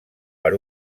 per